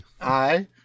Aye